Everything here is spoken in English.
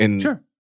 Sure